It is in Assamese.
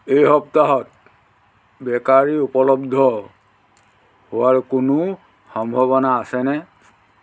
এই সপ্তাহত বেকাৰী উপলব্ধ হোৱাৰ কোনো সম্ভাৱনা আছেনে